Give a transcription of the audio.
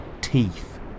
teeth